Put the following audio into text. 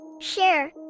share